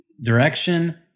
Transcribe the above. direction